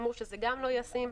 אמרו שזה גם לא ישים.